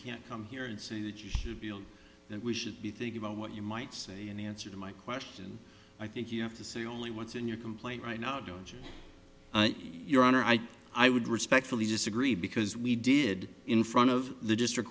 can't come here and say that you should be that we should be thinking about what you might say in answer to my question i think you have to say only once in your complaint right now ga your honor i i would respectfully disagree because we did in front of the district